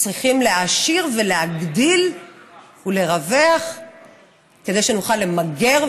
צריכים להעשיר ולהגדיל ולרווח כדי שנוכל למגר,